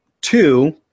two